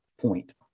point